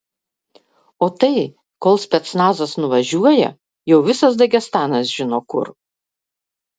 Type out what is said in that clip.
o tai kol specnazas nuvažiuoja jau visas dagestanas žino kur